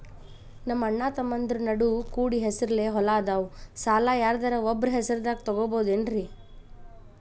ನಮ್ಮಅಣ್ಣತಮ್ಮಂದ್ರ ನಡು ಕೂಡಿ ಹೆಸರಲೆ ಹೊಲಾ ಅದಾವು, ಸಾಲ ಯಾರ್ದರ ಒಬ್ಬರ ಹೆಸರದಾಗ ತಗೋಬೋದೇನ್ರಿ?